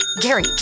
Gary